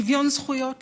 שוויון זכויות לנשים,